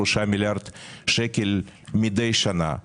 3 מיליארד שקל מדי שנה.